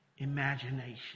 imagination